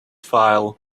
file